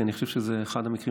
כי אני חושב שזה אחד המקרים,